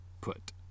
put